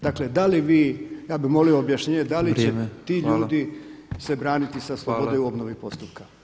Dakle, da li vi, ja bih molio objašnjenje [[Upadica predsjednik: Vrijeme.]] da li će ti ljudi se braniti sa slobode u obnovi postupka.